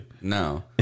No